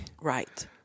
right